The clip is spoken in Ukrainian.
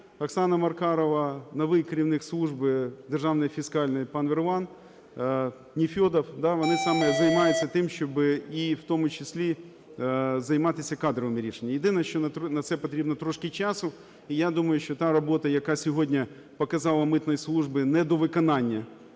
Оксана Маркарова, новий керівник служби державної фіскальної пан Верланов, Нефьодов, вони саме займаються тим, щоб і в тому числі займатися кадровими рішеннями. Єдине, що на це потрібно трошки часу. І я думаю, що та робота, яка сьогодні показала, митної служби, недовиконання